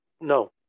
No